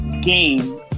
Game